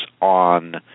on